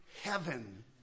heaven